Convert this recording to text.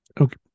Okay